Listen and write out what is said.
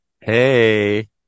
Hey